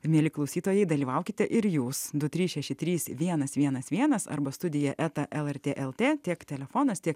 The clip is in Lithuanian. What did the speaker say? mieli klausytojai dalyvaukite ir jūs du trys šeši trys vienas vienas vienas arba studija eta lrt lt tiek telefonas tiek